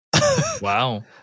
Wow